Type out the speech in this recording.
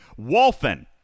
Wolfen